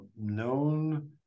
known